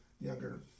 younger